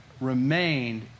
remained